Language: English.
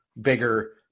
bigger